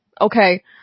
Okay